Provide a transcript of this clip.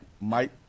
Mike